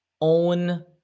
own